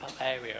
area